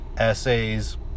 essays